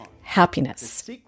happiness